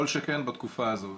כל שכן בתקופה הזו.